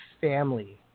family